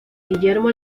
guillermo